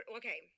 okay